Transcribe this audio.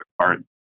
cards